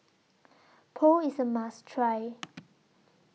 Pho IS A must Try